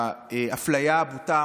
לאפליה הבוטה